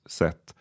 sätt